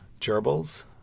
Gerbils